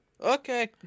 okay